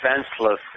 defenseless